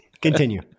Continue